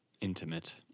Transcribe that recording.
Intimate